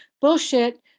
bullshit